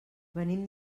venim